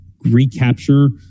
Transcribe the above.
recapture